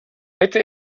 hätte